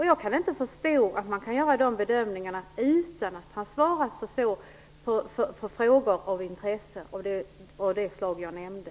Jag kan inte förstå att man kan göra dessa bedömningar utan att ha svarat på frågor av det slag jag nämnde.